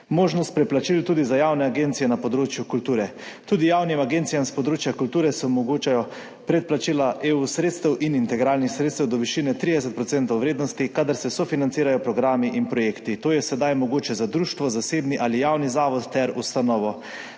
Možnost preplačil tudi za javne agencije na področju kulture. Tudi javnim agencijam s področja kulture se omogočajo predplačila EU sredstev in integralnih sredstev do višine 30 % vrednosti, kadar se sofinancirajo programi in projekti. To je sedaj mogoče za društvo, zasebni ali javni zavod ter ustanovo.